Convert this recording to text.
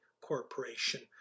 Corporation